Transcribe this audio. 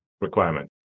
requirement